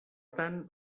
tant